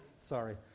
sorry